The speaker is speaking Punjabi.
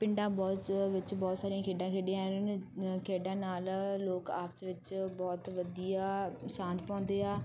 ਪਿੰਡਾਂ ਵੋਚ ਵਿੱਚ ਬਹੁਤ ਸਾਰੀਆਂ ਖੇਡਾਂ ਖੇਡੀਆਂ ਜਾ ਰਹੀਆਂ ਨ ਖੇਡਾਂ ਨਾਲ ਲੋਕ ਆਪਸ ਵਿੱਚ ਬਹੁਤ ਵਧੀਆ ਸਾਂਝ ਪਾਉਂਦੇ ਆ